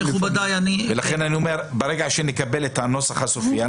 לכן אני אומר שברגע שנקבל את הנוסח הסופי,